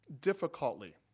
difficultly